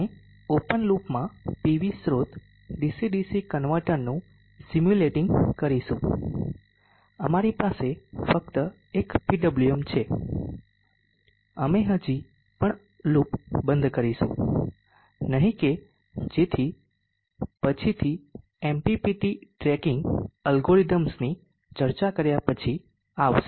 આપણે ઓપન લૂપમાં પીવી સ્રોત ડીસી ડીસી કન્વર્ટરનું સિમ્યુલેટીંગ કરીશું અમારી પાસે ફક્ત એક PWM છે અમે હજી પણ લૂપ બંધ કરીશું નહીં કે જે પછીથી MPPT ટ્રેકિંગ એલ્ગોરિધમ્સની ચર્ચા કર્યા પછી આવશે